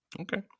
Okay